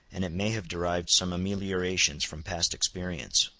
and it may have derived some ameliorations from past experience.